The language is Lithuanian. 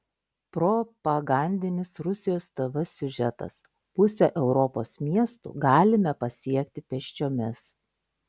propagandinis rusijos tv siužetas pusę europos miestų galime pasiekti pėsčiomis